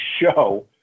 show